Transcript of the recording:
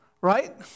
Right